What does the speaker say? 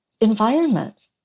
environment